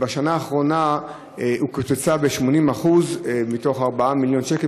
תמיכה שבשנה האחרונה קוצצה ב-80%; מתוך 4 מיליון שקל,